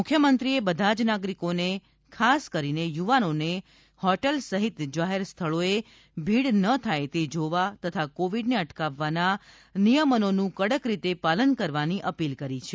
મુખ્યમંત્રીએ બધા જ નાગરિકોને ખાસ કરીને યુવાનોને હોટેલ સહિત જાહેર સ્થળોએ ભીડ ન થાય તે જોવા તથા કોવિડને અટકાવવાના નિયમનોનું કડક રીતે પાલન કરવાની અપીલ કરી છે